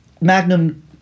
Magnum